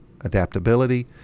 adaptability